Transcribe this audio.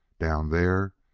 down there,